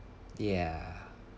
ya